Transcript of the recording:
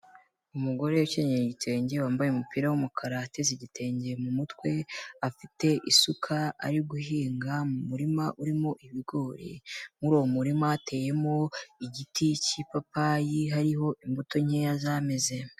Umugore ukenyeye ibitenge wambaye umupira w'umukara, ateze igitenge mu mutwe afite isuka ari guhinga mu murima urimo ibigori, muri uwo murima hateyemo igiti cy'ipapayi hariho imbuto nkeya zameze.